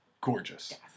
gorgeous